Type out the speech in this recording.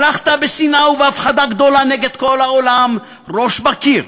הלכת בשנאה ובהפחדה גדולה נגד כל העולם, ראש בקיר,